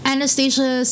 Anastasia